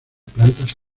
plantas